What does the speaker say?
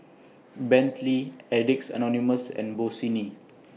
Bentley Addicts Anonymous and Bossini